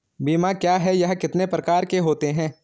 बीमा क्या है यह कितने प्रकार के होते हैं?